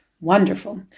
Wonderful